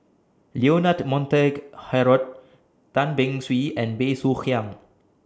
Leonard Montague Harrod Tan Beng Swee and Bey Soo Khiang